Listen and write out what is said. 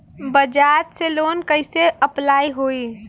बज़ाज़ से लोन कइसे अप्लाई होई?